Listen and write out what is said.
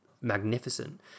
magnificent